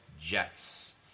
Jets